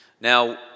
Now